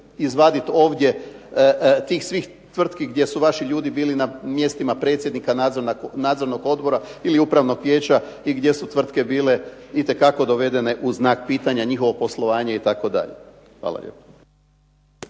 izvaditi ovdje tih svih tvrtki gdje su vaši ljudi bili na mjestima predsjednika nadzornog odbora ili upravnog vijeća i gdje su tvrtke bile itekako dovedene u znak pitanja njihovo poslovanje itd. Hvala lijepa.